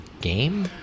game